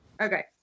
Okay